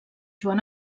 joan